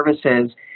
services